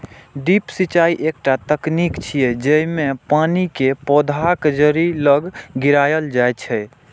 drip सिंचाइ एकटा तकनीक छियै, जेइमे पानि कें पौधाक जड़ि लग गिरायल जाइ छै